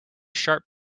sharp